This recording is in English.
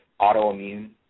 autoimmune